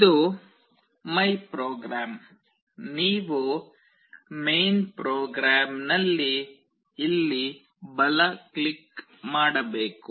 ಇದು my program ನೀವು main ಪ್ರೋಗ್ರಾಂನಲ್ಲಿ ಇಲ್ಲಿ ಬಲ ಕ್ಲಿಕ್ ಮಾಡಬೇಕು